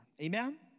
Amen